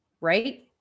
right